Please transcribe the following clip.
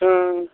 हूँ